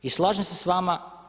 I slažem se s vama.